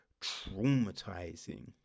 traumatizing